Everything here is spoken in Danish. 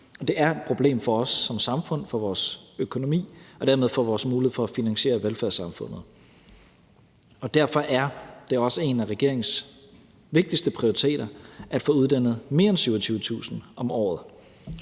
det er et problem for os som samfund, for vores økonomi og dermed for vores mulighed for at finansiere velfærdssamfundet. Derfor er det også en af regeringens vigtigste prioriteter at få uddannet mere end 27.000 om året.